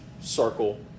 circle